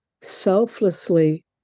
selflessly